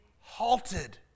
halted